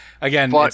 Again